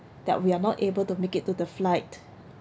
that we are not able to make it to the flight